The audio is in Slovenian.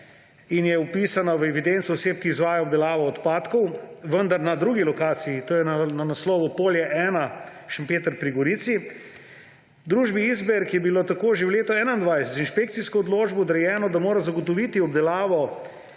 in je vpisana v evidenco oseb, ki izvajajo obdelavo odpadkov, vendar na drugi lokaciji, to je na naslovu Polje 1, Šempeter pri Gorici. Družbi Isberg je bilo tako že v letu 2021 z inšpekcijsko odločbo odrejeno, da mora zagotoviti obdelavo